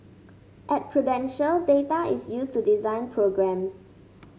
at Prudential data is used to design programmes